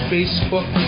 Facebook